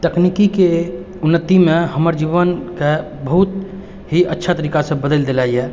तकनीकी के उन्नतिमे हमर जीवनके बहुत ही अच्छा तरीकासँ बदलि देला यऽ